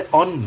on